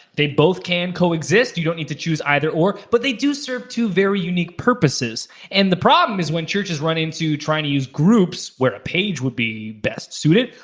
they both can coexist, you don't need to choose either or. but they do serve two very unique purposes and the problem is when churches run into trying to use groups where a page would be best suited.